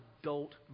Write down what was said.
adult